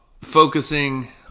focusing